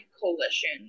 coalition